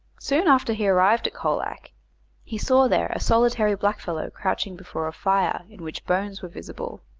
soon after he arrived at colac he saw there a solitary blackfellow crouching before a fire in which bones were visible.